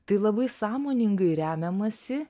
tai labai sąmoningai remiamasi